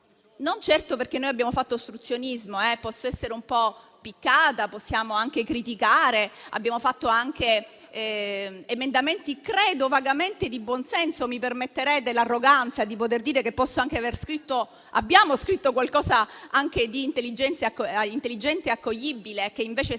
Non certo perché noi abbiamo fatto ostruzionismo. Posso essere un po' piccata, possiamo anche criticare; abbiamo presentato anche emendamenti che ritengo vagamente di buonsenso; mi permetterete l'arroganza di poter dire che possiamo aver scritto qualcosa anche di intelligente e accoglibile, che invece è stata